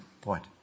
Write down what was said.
point